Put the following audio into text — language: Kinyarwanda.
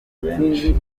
benshi